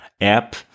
app